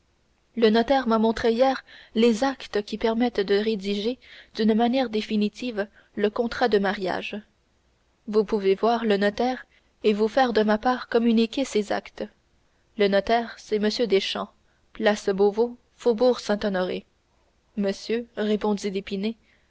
le notaire m'a montré hier les actes qui permettent de rédiger d'une manière définitive le contrat de mariage vous pouvez voir le notaire et vous faire de ma part communiquer ces actes le notaire c'est m deschamps place beauveau faubourg saint-honoré monsieur répondit d'épinay